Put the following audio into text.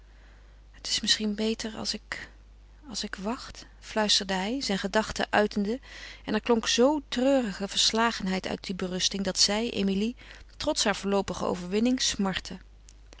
het is misschien beter als ik als ik wacht fluisterde hij zijn gedachte uitende en er klonk zoo treurige verslagenheid uit die berusting dat zij emilie trots haar voorloopige overwinning smartte